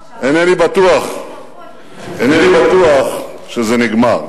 טוב, שם זה, אינני בטוח שזה נגמר.